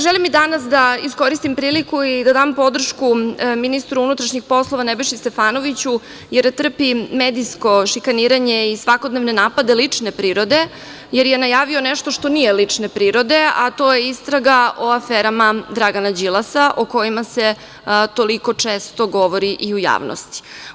Želim i danas da iskoristim priliku i da dam podršku ministru MUP Nebojši Stefanoviću, jer trpi medijsko šikaniranje i svakodnevne napade lične prirode, jer je najavio nešto što nije lične prirode, a to je istraga o aferama Dragana Đilasa, o kojima se toliko često govori i u javnosti.